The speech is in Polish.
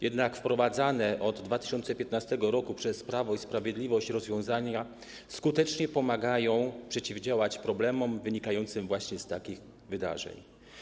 Jednak wprowadzane od 2015 r. przez Prawo i Sprawiedliwość rozwiązania skutecznie pomagają przeciwdziałać problemom wynikającym z właśnie takich wydarzeń.